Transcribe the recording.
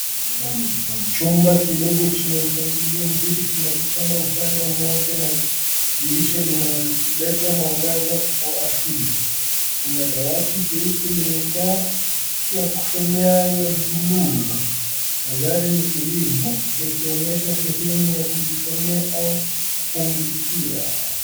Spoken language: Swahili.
Jumba kidogo chenye mpangilio mzuri kina kitanda upande moja na dirisha linaleta mwangaza wa asili, kuna dawati jeupe lenye taa ya kusomea ya bluu. Maandari ni tulivu yakionyesha sehemu kujisomea au kupumzikia.